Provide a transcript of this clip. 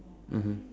mmhmm